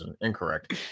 incorrect